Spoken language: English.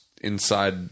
inside